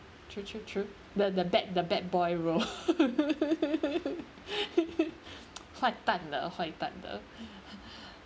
true true true the the bad the bad boy role huai dan de huai dan de